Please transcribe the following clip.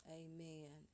amen